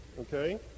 Okay